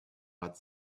bud